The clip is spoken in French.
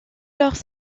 lors